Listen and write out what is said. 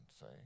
say